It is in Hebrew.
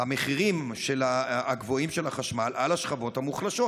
המחירים הגבוהים של החשמל על השכבות המוחלשות,